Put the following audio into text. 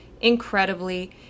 incredibly